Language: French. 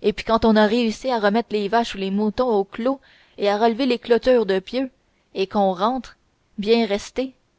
et puis quand on a réussi à remettre les vaches ou les moutons au clos et à relever les clôtures de pieux et qu'on rentre bien resté